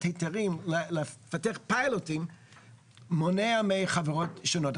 היתרים לפתח פיילוטים מונע מחברות שונות.